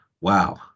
wow